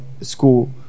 school